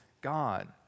God